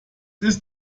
ist